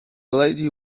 lady